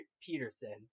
Peterson